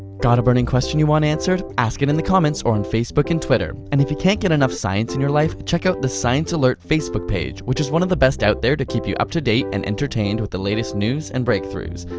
got a burning question you want answered? ask it in the comments or in facebook and twitter, and if you can't get enough science in your life, check out the sciencealert facebook page, which is one of the best out there to keep you up to date and entertained with the latest news and breakthroughs.